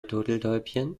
turteltäubchen